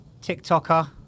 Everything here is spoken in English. TikToker